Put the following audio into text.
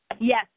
Yes